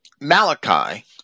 Malachi